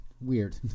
weird